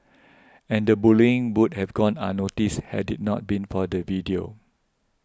and the bullying would have gone unnoticed had it not been for the video